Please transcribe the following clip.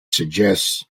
suggests